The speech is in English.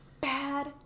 Bad